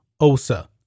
Osa